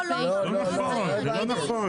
לא אמרתי את זה.